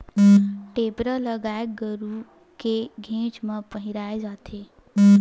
टेपरा ल गाय गरु के घेंच म पहिराय जाथे